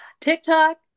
TikTok